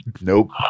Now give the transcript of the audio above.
Nope